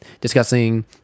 discussing